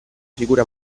figura